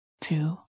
two